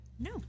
No